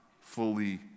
fully